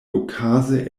okaze